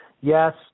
Yes